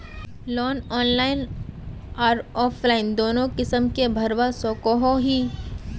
Loan online आर offline दोनों किसम के भरवा सकोहो ही?